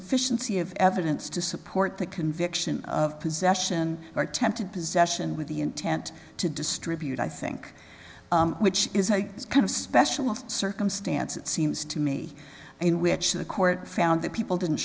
efficiency of evidence to support the conviction of possession or tempted possession with the intent to distribute i think which is a kind of specialised circumstance it seems to me in which the court found that people didn't